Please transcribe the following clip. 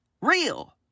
real